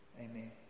Amen